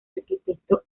arquitecto